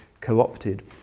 co-opted